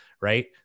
right